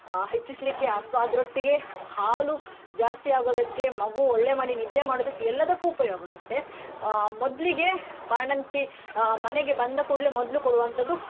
ಹೆಚ್ಚಿಸಲಿಕ್ಕೆ ಅಥವಾ ಅದರೊಟ್ಟಿಗೆ ಹಾಲು ಜಾಸ್ತಿ ಆಗೋದಕ್ಕೆ ಮಗು ಒಳ್ಳೆ ಮಾಡಿ ನಿದ್ದೆ ಮಾಡೋದಕ್ಕೆ ಎಲ್ಲದಕ್ಕೂ ಉಪಯೋಗ ಆಗುತ್ತೆ ಮೊದಲಿಗೆ ಬಾಣಂತಿ ಮನೆಗೆ ಬಂದ ಕೂಡಲೆ ಮೊದಲು ಕೊಡುವಂಥದ್ದು